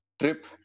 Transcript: trip